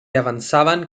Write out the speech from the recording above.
avançaven